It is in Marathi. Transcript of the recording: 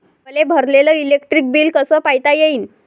मले भरलेल इलेक्ट्रिक बिल कस पायता येईन?